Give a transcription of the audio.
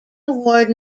award